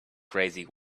crazy